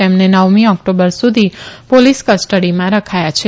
તેમને નવમી ઓકટોબર સુઘી પોલીસ કસ્ટડીમાં રખાયા છે